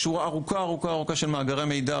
שורה ארוכה-ארוכה של מאגרי מידע,